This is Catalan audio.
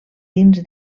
dins